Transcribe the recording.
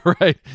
right